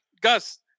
Gus